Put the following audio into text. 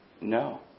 no